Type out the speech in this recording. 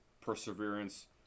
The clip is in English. perseverance